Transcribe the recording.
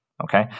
okay